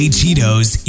Cheetos